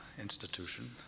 institution